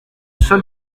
seul